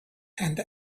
and